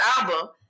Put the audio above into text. album